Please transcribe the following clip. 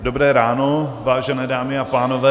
Dobré ráno, vážené dámy a pánové.